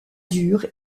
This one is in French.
dur